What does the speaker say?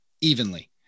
evenly